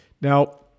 Now